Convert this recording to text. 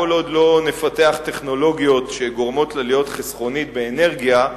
כל עוד לא נפתח טכנולוגיות שגורמות לה להיות חסכונית באנרגיה,